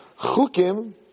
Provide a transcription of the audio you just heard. Chukim